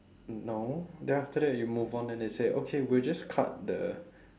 no then after that you move on then they say okay we'll just cut the